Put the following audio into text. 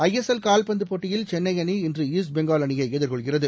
ஐ S L காவ்பந்துபோட்டியில் சென்னைஅணி இன்றுஈஸ்ட் பெங்கால் அணியைஎதிர்கொள்கிறது